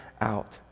out